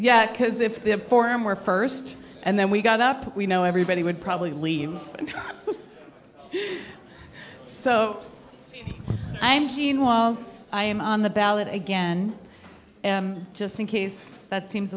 because if the former first and then we got up we know everybody would probably leave so i'm gene while i'm on the ballot again just in case that seems